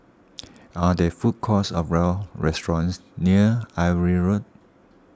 are there food courts or restaurants near Irving Road